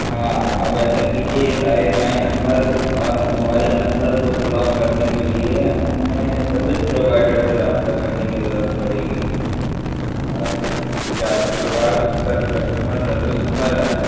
ہاں اب ایسا کیجیے اِس آئی ایم آئی نمبر اور موبائل نمبر کو بلاک کرنے کے لیے ہمیں سروس پروائڈر سے رابطہ کرنے کی ضرورت پڑے گی اور کیا آپ کے پاس اِس کا کسٹمر سروس نمبر ہے